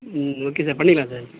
ம் okay sir பண்ணிக்கலாம் sir